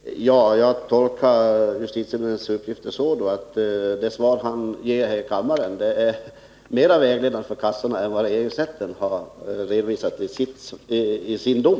Herr talman! Jag tolkar ju eministerns uppgifter så att det svar som han ger i kammaren är mer vägledande för försäkringskassorna än vad regeringsrätten har redovisat i sin dom.